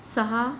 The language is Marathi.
सहा